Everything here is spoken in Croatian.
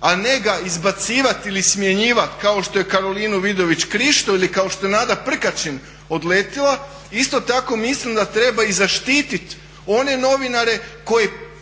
a ne ga izbacivati ili smjenjivati kao što je Karolinu Vidović Krišto ili kao što je Nada Prkačin odletjela isto tako mislim da treba i zaštititi one novinare koje politika